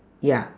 ya